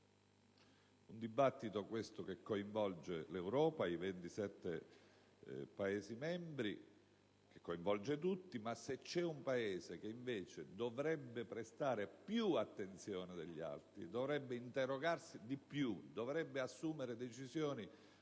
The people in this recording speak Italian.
dibattito coinvolge l'Europa e i 27 Paesi membri; coinvolge tutti, ma se c'è un Paese che dovrebbe prestare più attenzione degli altri, dovrebbe interrogarsi di più e assumere decisioni